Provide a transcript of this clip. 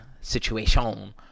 situation